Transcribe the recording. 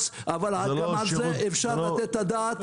זה מס, אבל גם על זה אפשר לתת את הדעת.